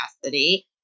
capacity